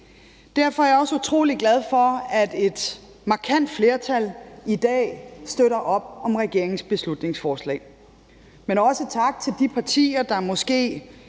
Derfor er jeg også utrolig glad for, at et markant flertal i dag støtter op om regeringens beslutningsforslag. Jeg vil også sige tak til de partier, der måske